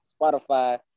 Spotify